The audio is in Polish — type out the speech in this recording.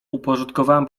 uporządkowałem